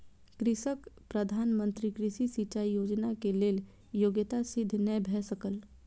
कृषकक प्रधान मंत्री कृषि सिचाई योजना के लेल योग्यता सिद्ध नै भ सकल